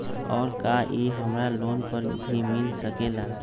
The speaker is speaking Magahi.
और का इ हमरा लोन पर भी मिल सकेला?